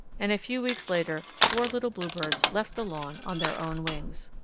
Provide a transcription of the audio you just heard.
and a few weeks later four little bluebirds left the lawn on their own wings.